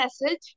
message